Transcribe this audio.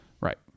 Right